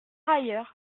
ailleurs